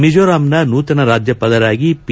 ಮಿಜೋರಾಂನ ನೂತನ ರಾಜ್ಷಪಾಲರಾಗಿ ಪಿ